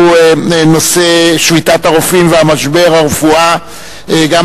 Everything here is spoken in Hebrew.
בנושא: שביתת הרופאים ומשבר הרפואה הציבורית,